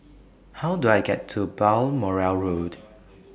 How Do I get to Balmoral Road